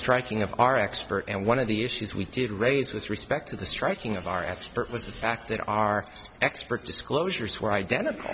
striking of our expert and one of the issues we did raise with respect to the striking of our expert was the fact that our expert disclosures were identical